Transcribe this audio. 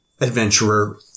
adventurer